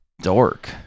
dork